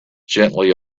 gently